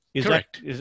Correct